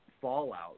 fallout